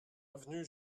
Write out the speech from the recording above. avenue